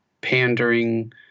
pandering